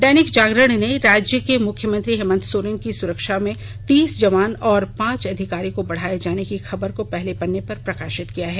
दैनिक जागरण ने राज्य के मुख्यमंत्री हेमंत सोरेन की सुरक्षा में तीस जवान और पांच पदाधिकारी को बढ़ाये जाने की खबर को पहले पन्ने पर प्रकाशित किया है